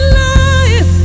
life